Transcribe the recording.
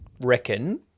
reckon